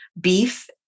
beef